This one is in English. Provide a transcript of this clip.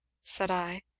said i.